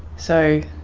so,